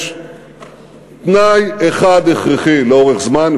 יש תנאי אחד הכרחי לאורך זמן,